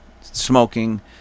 smoking